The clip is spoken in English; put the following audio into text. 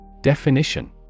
Definition